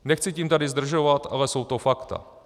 Nechci tím tady zdržovat, ale jsou to fakta.